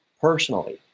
personally